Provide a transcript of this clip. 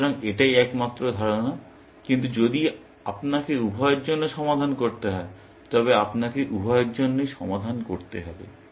সুতরাং এটাই একমাত্র ধারণা কিন্তু যদি আপনাকে উভয়ের জন্য সমাধান করতে হয় তবে আপনাকে উভয়ের জন্যই সমাধান করতে হবে